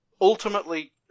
ultimately